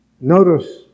notice